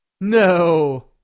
no